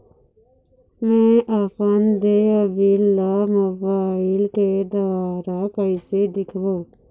मैं अपन देय बिल ला मोबाइल के द्वारा कइसे देखबों?